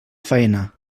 faena